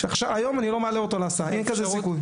היום אני לא מעלה אותו להסעה, אין כזה סיכוי.